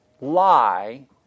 lie